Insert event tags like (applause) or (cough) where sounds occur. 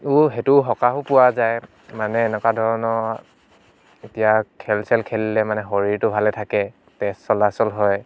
(unintelligible) সেইটো সকাহো পোৱা যায় মানে এনেকুৱা ধৰণৰ এতিয়া খেল চেল খেলিলে মানে শৰীৰটো ভালে থাকে তেজ চলাচল হয়